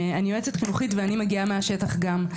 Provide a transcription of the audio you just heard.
אני יועצת חינוכית ואני מגיעה מהשטח גם.